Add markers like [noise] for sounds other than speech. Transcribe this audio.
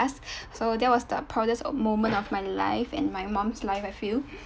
so that was the proudest moment of my life and my mom's life I feel [breath]